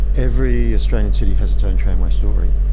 every australian city has its own tramway story.